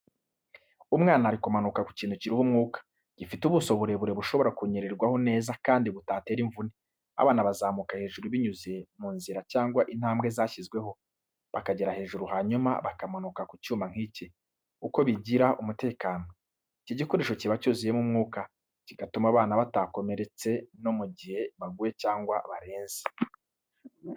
Umwana ari kumanuka ku kintu kiriho umwuka, gifite ubuso burebure bushobora kunyererwaho neza kandi butatera imvune. Abana bazamuka hejuru binyuze ku nzira cyangwa intambwe zashyizweho, bakagera hejuru hanyuma bakamanuka ku cyuma nk’iki. Uko bigira umutekano: Iki gikoresho kiba cyuzuyemo umwuka, kigatuma abana batakomeretsa no mu gihe baguye cyangwa barenze.